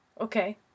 okay